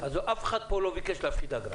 אז אף אחד פה לא ביקש להפחית אגרה.